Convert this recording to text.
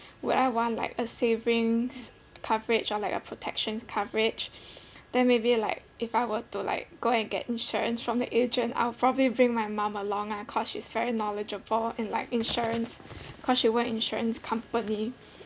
would I want like a savings coverage or like a protections coverage then maybe like if I were to like go and get insurance from the agent I'll probably bring my mum along ah cause she's very knowledgeable in like insurance cause she work in insurance company